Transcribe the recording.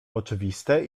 oczywiste